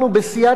וושינגטון,